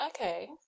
okay